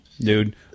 dude